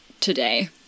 today